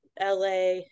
la